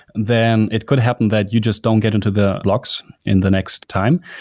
then it could happen that you just don't get into the blocks and the next time,